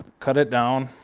cut it down.